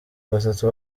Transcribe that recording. batatu